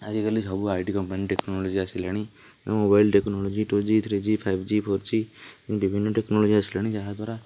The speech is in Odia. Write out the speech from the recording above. ଆଜିକାଲି ସବୁ ଆଇଟି କମ୍ପାନୀ ଟେକ୍ନୋଲୋଜି ଆସିଲାଣି ଏବଂ mobile technology two G three G five G four G ଏମିତି ବିଭିନ୍ନ ଟେକ୍ନୋଲୋଜି ଆସିଲାଣି ଯାହାଦ୍ୱାରା